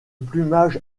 plumage